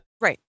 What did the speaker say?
Right